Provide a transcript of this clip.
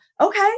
okay